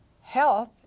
health